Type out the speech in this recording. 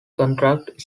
contracts